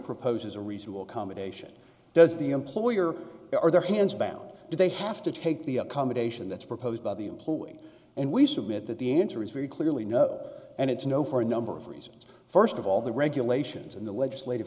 proposes a reasonable accommodation does the employer or their hands bound they have to take the accommodation that's proposed by the employee and we submit that the answer is very clearly no and it's no for a number of reasons first of all the regulations and the legislative